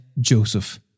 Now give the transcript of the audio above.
Joseph